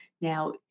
Now